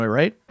right